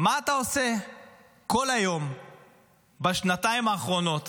מה אתה עושה כל היום בשנתיים האחרונות